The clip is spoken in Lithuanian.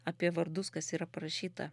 apie vardus kas yra parašyta